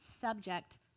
subject